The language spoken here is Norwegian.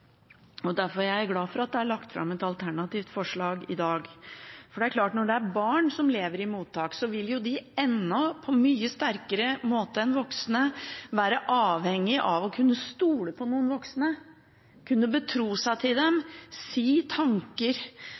barn. Derfor er jeg glad for at det er lagt fram et alternativt forslag i dag. For det er klart at barn som lever i mottak, vil på en mye sterkere måte enn voksne være avhengig av å kunne stole på noen voksne, kunne betro seg til dem, fortelle tanker